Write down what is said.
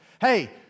hey